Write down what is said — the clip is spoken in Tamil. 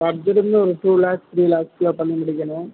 ஆ திடீர்னு ஒரு டூ லேக்ஸ் த்ரீ லேக்ஸில் பண்ணி முடிக்கணும்